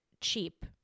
cheap